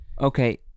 okay